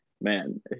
man